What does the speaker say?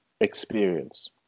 experience